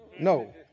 No